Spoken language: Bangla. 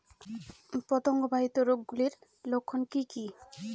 পতঙ্গ বাহিত রোগ গুলির লক্ষণ কি কি?